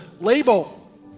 label